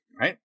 right